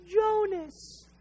Jonas